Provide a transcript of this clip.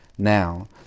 Now